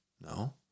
No